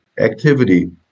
activity